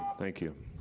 thank you.